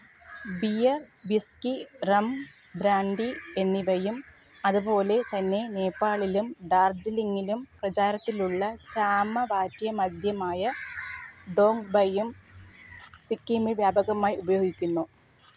beer whisky rum brandy എന്നിവയും അതുപോലെ തന്നെ നേപ്പാളിലും ഡാർജിലിംഗിലും പ്രചാരത്തിലുള്ള ചാമ വാറ്റിയ മദ്യമായ ടോങ്ബയും സിക്കിമിൽ വ്യാപകമായി ഉപയോഗിക്കുന്നു